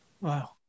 Wow